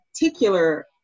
particular